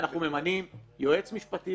לא --- אנחנו עוד רוצים לשמוע את היועצים המשפטיים.